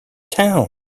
town